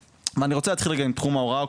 אני רוצה להתחיל רגע עם תחום ההוראה,